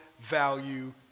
value